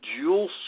dual